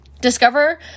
discover